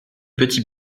petit